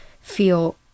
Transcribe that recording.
feel